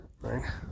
right